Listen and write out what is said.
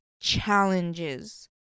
challenges